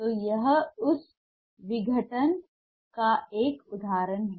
तो यह उस विघटन का एक उदाहरण है